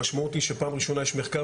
המשמעות היא שפעם ראשונה יש מחקר